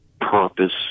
purpose